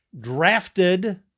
drafted